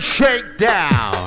Shakedown